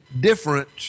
different